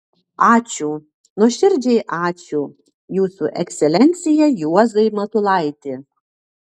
ačiū nuoširdžiai ačiū jūsų ekscelencija juozai matulaiti